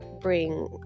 bring